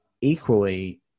equally